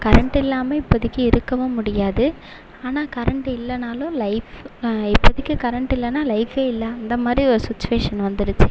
current இல்லாமல் இப்போதிக்கி இருக்கவும் முடியாது ஆனால் கரெண்ட்டு இல்லைனாலும் லைஃப் இப்போதிக்கி கரெண்ட் இல்லைனா லைஃப்பே இல்லை அந்த மாதிரி ஒரு சுச்சுவேஷன் வந்துடுத்து